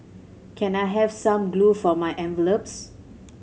can I have some glue for my envelopes